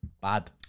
bad